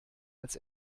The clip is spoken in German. als